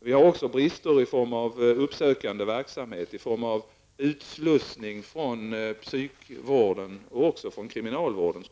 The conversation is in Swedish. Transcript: Vi har också brister i den uppsökande verksamheten, t.ex. vid utslussningen från psykvården och även från kriminalvården.